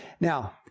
Now